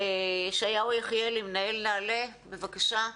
ישעיהו יחיאלי, מנהל נעל"ה, בבקשה.